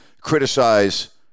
criticize